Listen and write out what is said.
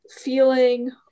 feeling